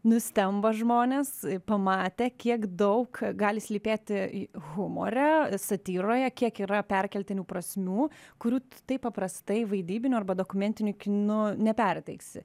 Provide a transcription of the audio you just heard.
nustemba žmonės pamatę kiek daug gali slypėti humore satyroje kiek yra perkeltinių prasmių kurių tu taip paprastai vaidybiniu arba dokumentiniu kinu neperteiksi